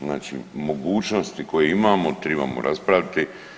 Znači, mogućnosti koje imamo trebamo raspraviti.